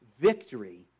victory